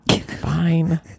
fine